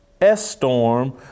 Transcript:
S-storm